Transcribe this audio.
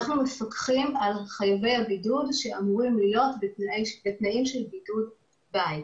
אנחנו מפקחים על חייבי הבידוד שאמורים להיות בתנאים של בידוד בית.